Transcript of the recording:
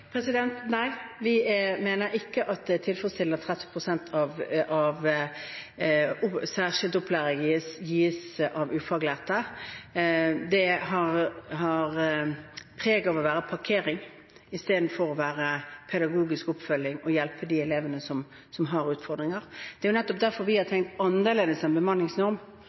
særskilt opplæring gis av ufaglærte. Det har preg av å være parkering istedenfor å være pedagogisk oppfølging og hjelp til de elevene som har utfordringer. Det er nettopp derfor vi har tenkt annerledes enn bemanningsnorm.